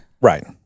Right